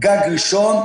גג ראשון,